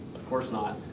course not,